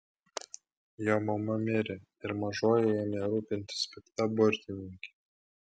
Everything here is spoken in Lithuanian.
jo mama mirė ir mažuoju ėmė rūpintis pikta burtininkė